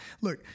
look